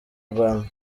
rwanda